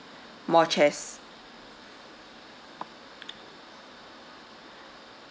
more chairs